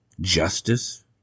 Justice